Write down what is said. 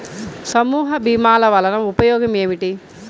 సమూహ భీమాల వలన ఉపయోగం ఏమిటీ?